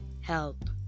help